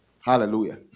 Hallelujah